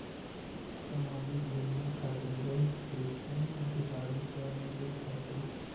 समाजिक योजना खातिर बैंक के कुन अधिकारी स मिले परतें?